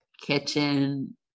kitchen